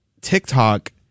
TikTok